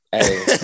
Hey